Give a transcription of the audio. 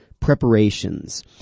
preparations